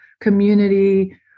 community